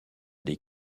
des